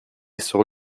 sur